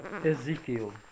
Ezekiel